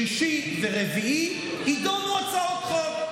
שלישי ורביעי יידונו הצעות חוק.